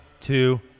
two